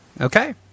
Okay